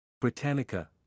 Britannica